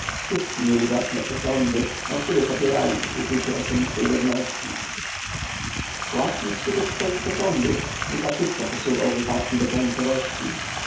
wszyscy mieli własne przesądy na których opierali uczucie osobistej godności właśnie wskutek swoich przesądów buta szybko posuwał wypadki do krańcowości